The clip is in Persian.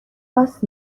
راست